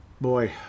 Boy